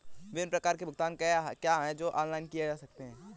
विभिन्न प्रकार के भुगतान क्या हैं जो ऑनलाइन किए जा सकते हैं?